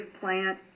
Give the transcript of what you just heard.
plant